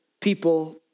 people